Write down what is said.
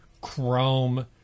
Chrome